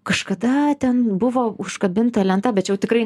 kažkada ten buvo užkabinta lenta bet čia jau tikrai